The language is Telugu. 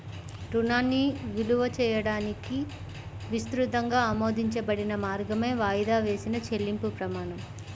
రుణాన్ని విలువ చేయడానికి విస్తృతంగా ఆమోదించబడిన మార్గమే వాయిదా వేసిన చెల్లింపు ప్రమాణం